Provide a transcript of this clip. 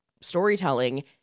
storytelling